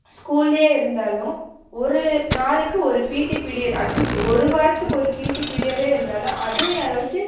ஸ்கூல்லேயே இருந்தாலும் ஒரு நாளைக்கு ஒரு பிடி பீரியட் அட்லீஸ்ட் ஒரு வாரத்துக்கு ஒரு பிடி பீடியரே இருந்தாலும் அதுவும் யாராச்சி